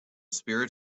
spirit